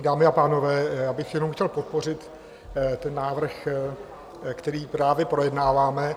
Dámy a pánové, já bych jenom chtěl podpořit návrh, který právě projednáváme.